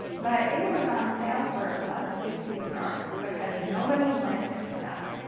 but it was on sale for a buck fifty a yard because nobody wanted this stuff.